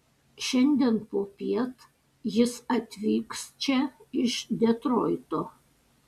šiandien popiet jis atvyks čia iš detroito